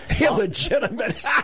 Illegitimate